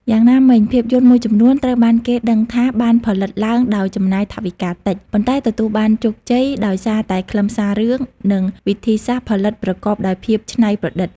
យ៉ាងណាមិញ ភាពយន្តមួយចំនួនត្រូវបានគេដឹងថាបានផលិតឡើងដោយចំណាយថវិកាតិច ប៉ុន្តែទទួលបានជោគជ័យដោយសារតែខ្លឹមសាររឿង និងវិធីសាស្ត្រផលិតប្រកបដោយភាពច្នៃប្រឌិត។